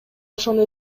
ошону